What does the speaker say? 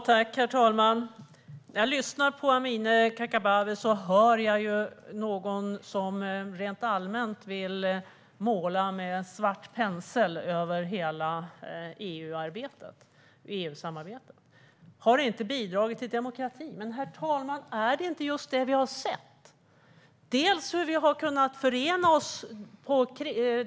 Herr talman! När jag lyssnar på Amineh Kakabaveh hör jag någon som rent allmänt vill måla med svart pensel över hela EU-samarbetet. Det har inte bidragit till demokratin, säger Amineh Kakabaveh. Men, herr talman, är det inte just det vi har sett? Vi har sett hur vi har kunnat förena oss.